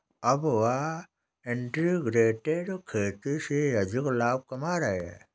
अब वह इंटीग्रेटेड खेती से अधिक लाभ कमा रहे हैं